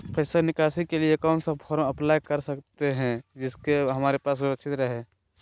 पैसा निकासी के लिए कौन सा फॉर्म अप्लाई कर सकते हैं जिससे हमारे पैसा सुरक्षित रहे हैं?